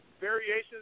variations